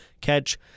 catch